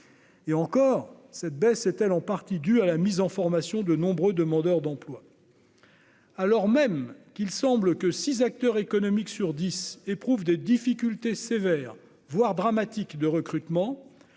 Et encore cette baisse est-elle en partie due à la mise en formation de nombreux demandeurs d'emploi.